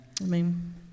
Amen